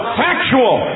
factual